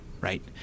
right